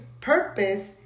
purpose